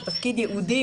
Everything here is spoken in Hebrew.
זה תפקיד ייעודי,